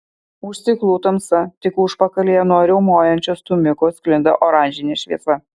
už stiklų tamsa tik užpakalyje nuo riaumojančio stūmiko sklinda oranžinė šviesa